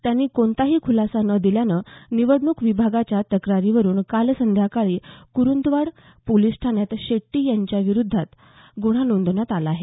त्यांनी कोणताही खुलासा न दिल्यानं निवडणूक विभागाच्या तक्रारीवरून काल संध्याकाळी कुरुंद्वाड पोलिस ठाण्यात शेट्टी यांच्याविरुद्ध गुन्हा नोंदवण्यात आला आहे